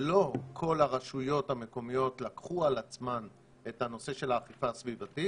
לא כל הרשויות המקומיות לקחו על עצמן את הנושא של האכיפה הסביבתית,